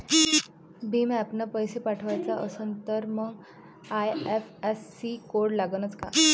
भीम ॲपनं पैसे पाठवायचा असन तर मंग आय.एफ.एस.सी कोड लागनच काय?